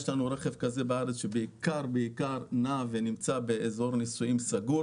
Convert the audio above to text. יש לנו רכב כזה בארץ שנע ונמצא בעיקר באזור ניסויים סגור